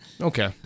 Okay